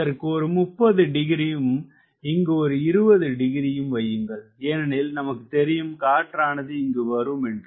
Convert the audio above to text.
இதற்கு ஒரு முப்பது டிகிரியும் இங்கு ஒரு 20 டிகிரியும் வையுங்கள் ஏனெனில் நமக்கு தெரியும் காற்றானது இங்கு வரும் என்று